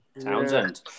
Townsend